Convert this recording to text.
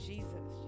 Jesus